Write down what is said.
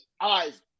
eyes